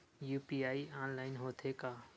UPI online होथे का?